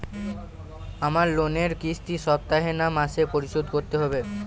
আমার লোনের কিস্তি সপ্তাহে না মাসে পরিশোধ করতে হবে?